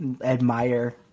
admire